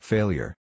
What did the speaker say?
Failure